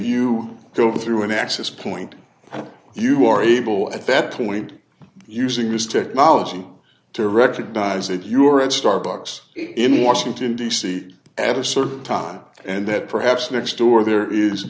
you go through an access point you are able at that point using this technology to recognize that you are at starbucks in washington d c at a certain time and that perhaps next door there is